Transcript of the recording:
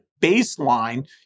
baseline